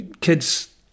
kids